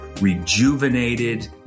rejuvenated